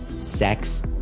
sex